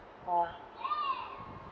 !wah!